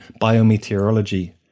biometeorology